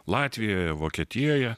latvijoje vokietijoje